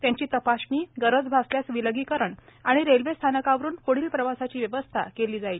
त्यांची तपासणी गरज भासल्यास विलगीकरण आणि रेल्वे स्थानकावरून प्ढील प्रवासाची व्यवस्था केली जाईल